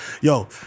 Yo